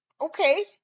Okay